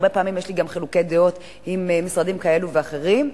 הרבה פעמים יש לי גם חילוקי דעות עם משרדים כאלה ואחרים,